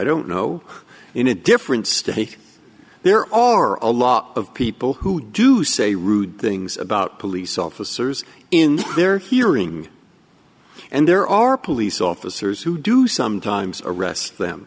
don't know in a different stake there are a lot of people who do say rude things about police officers in their hearing and there are police officers who do sometimes arrest them